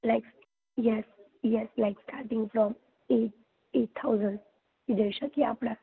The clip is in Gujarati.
like yes yes like that starting from at at thousand જઈ શકીએ આપણે